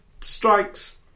strikes